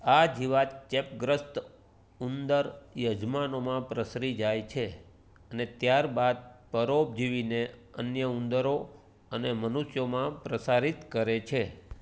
આ જીવાત ચેપગ્રસ્ત ઉંદર યજમાનોમાં પ્રસરી જાય છે અને ત્યારબાદ પરોપજીવીને અન્ય ઉંદરો અને મનુષ્યોમાં પ્રસારિત કરે છે